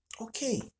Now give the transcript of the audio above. Okay